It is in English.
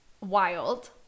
wild